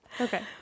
okay